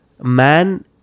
Man